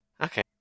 Okay